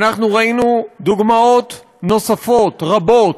ראינו דוגמאות נוספות רבות,